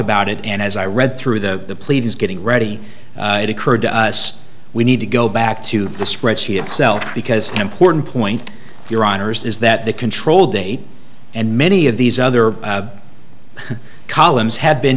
about it and as i read through the pleadings getting ready it occurred to us we need to go back to the spreadsheet itself because important point your honor is that the control date and many of these other columns had been